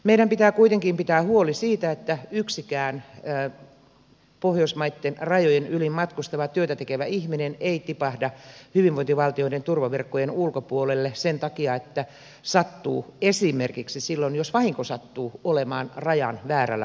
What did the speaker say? meidän pitää kuitenkin pitää huoli siitä että yksikään pohjoismaitten rajojen yli matkustava työtätekevä ihminen ei tipahda hyvinvointivaltioiden turvaverkkojen ulkopuolelle sen takia että sattuu esimerkiksi silloin jos vahinko sattuu olemaan rajan väärällä puolella